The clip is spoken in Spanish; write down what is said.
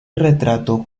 retrato